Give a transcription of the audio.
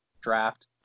draft